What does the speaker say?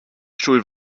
stuhl